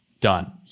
Done